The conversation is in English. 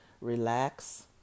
relax